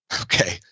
Okay